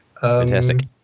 Fantastic